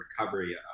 recovery